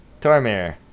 Tormir